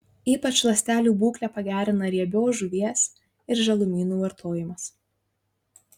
ypač ląstelių būklę pagerina riebios žuvies ir žalumynų vartojimas